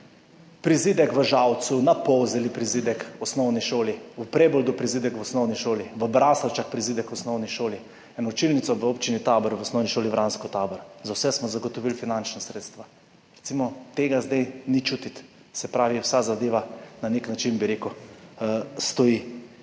prizidek v Žalcu, na Polzeli prizidek v osnovni šoli, v Preboldu prizidek v osnovni šoli, v Braslovčah prizidek v osnovni šoli, eno učilnico v občini Tabor, v Osnovni šoli Vransko-Tabor. Za vse smo zagotovili finančna sredstva, recimo zdaj tega ni čutiti, se pravi vsa zadeva na nek način, bi rekel, stoji.